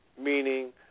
meaning